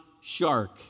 shark